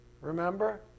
remember